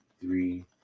three